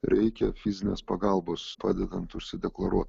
reikia fizinės pagalbos padedant užsideklaruot